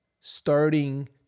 starting